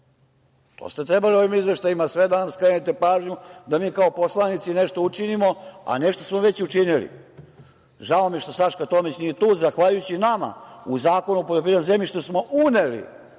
To ste trebali u ovim izveštajima sve da nam skrenete pažnju, da mi kao poslanici nešto učinimo, a nešto smo već učinili. Žao mi je što Saška Tomić nije tu. Zahvaljujući nama u Zakon o poljoprivrednom zemljištu smo uneli